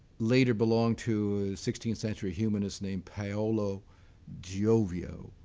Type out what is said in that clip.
later belonged to a sixteenth century humanist named paolo giovio,